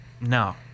no